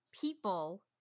people